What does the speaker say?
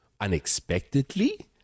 unexpectedly